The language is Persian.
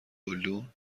گلدون